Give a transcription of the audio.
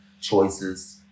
choices